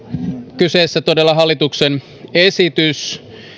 kyseessä on hallituksen esitys